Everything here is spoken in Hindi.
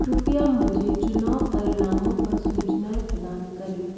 कृपया मुझे चुनाव परिणामों पर सूचनाएँ प्रदान करें